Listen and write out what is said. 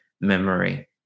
memory